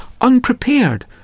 unprepared